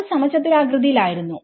അത് സമചതുരാകൃതിയിൽ ആയിരുന്നു